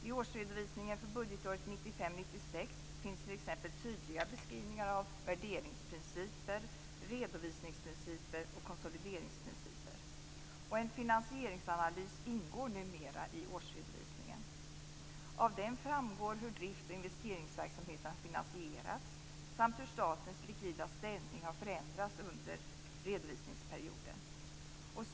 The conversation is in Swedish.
I årsredovisningen för budgetåret 1995/96 finns t.ex. tydliga beskrivningar av värderingsprinciper, redovisningsprinciper och konsolideringsprinciper. En finansieringsanalys ingår numera i årsredovisningen. Av den framgår hur driftoch investeringsverksamheten har finansierats samt hur statens likvida ställning har förändrats under redovisningsperioden.